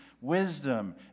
wisdom